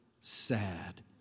sad